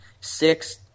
six